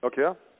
Okay